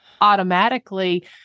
automatically